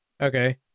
Okay